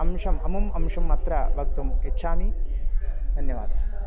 अंशम् अमुम् अंशम् अत्र वक्तुम् इच्छामि धन्यवादः